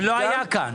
זה לא היה כאן.